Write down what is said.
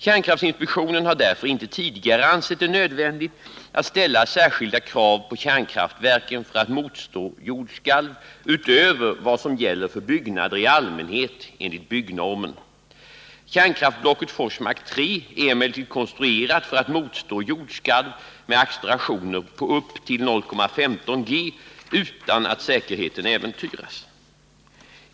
Kärnkraftinspektionen har därför inte tidigare ansett det nödvändigt att ställa särskilda krav på kärnkraftverken för att motstå jordskalv, utöver vad som gäller för byggnader i allmänhet enligt byggnormen. Kärnkraftsblocket Forsmark 3 är emellertid konstruerat för att motstå jordskalv med accelerationer på upp till 0,15 g utan att säkerheten äventyras.